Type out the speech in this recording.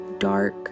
dark